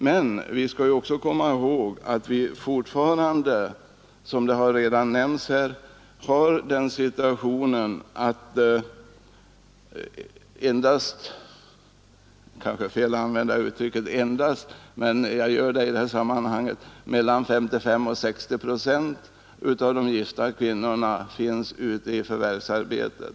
Men vi skall också komma ihåg att vi fortfarande, såsom redan nämnts, har den situationen att endast — det kanske är fel att använda uttrycket endast, men jag gör det just i detta sammanhang — mellan 55 och 60 procent av de gifta kvinnorna finns ute i förvärvsarbete.